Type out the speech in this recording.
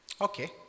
Okay